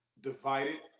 divided